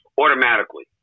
automatically